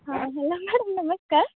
ହଁ hello madam ନମସ୍କାର